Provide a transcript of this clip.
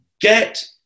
get